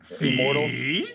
Immortal